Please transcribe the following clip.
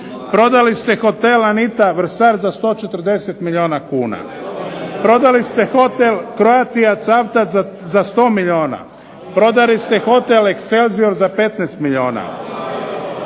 Prodali ste hotel "Anita-Vrsar" za 140 milijuna kuna. Prodali ste hotel "Croatia-Cavtat" za 100 milijuna. Prodali ste hotel "Excelsior" za 15 milijuna.